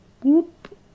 Whoop